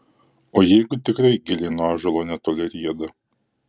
o jeigu tikrai gilė nuo ąžuolo netoli rieda